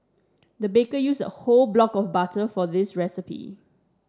the baker used a whole block of butter for this recipe